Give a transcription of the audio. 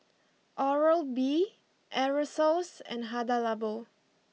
Oral B Aerosoles and Hada Labo